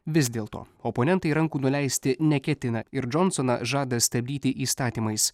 vis dėlto oponentai rankų nuleisti neketina ir džonsoną žada stabdyti įstatymais